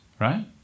right